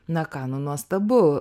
na ką nuostabu